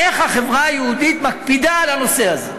איך החברה היהודית מקפידה על הנושא הזה.